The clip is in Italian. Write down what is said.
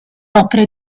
opere